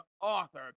author